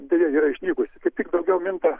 deja yra išnykusi kaip tik daugiau minta